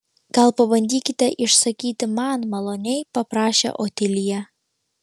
gal pabandykite išsakyti man maloniai paprašė otilija